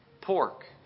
pork